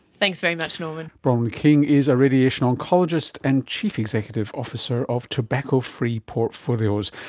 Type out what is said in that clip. thanks very much norman. bronwyn king is a radiation oncologist and chief executive officer of tobacco-free portfolios,